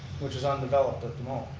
which is undeveloped at the moment.